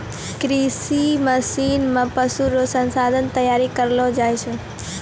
कृषि मशीन से पशु रो संसाधन तैयार करलो जाय छै